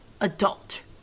adult